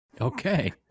Okay